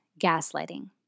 gaslighting